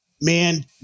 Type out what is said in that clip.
man